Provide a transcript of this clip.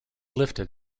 lifted